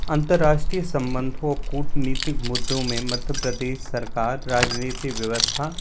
अंतर्राष्ट्रीय संबंधों कूटनीतिक मुद्दों में मध्य प्रदेश सरकार राजनीति व्यवस्था